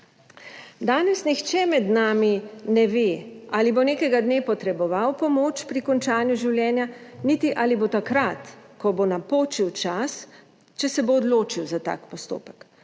Danes nihče med nami ne ve, ali bo nekega dne potreboval pomoč pri končanju življenja, niti ali se bo takrat, ko bo napočil čas, odločil za tak postopek,